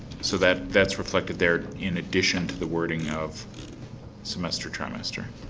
so, that's that's reflected there in addition to the wording of semester trimester.